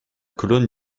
colonne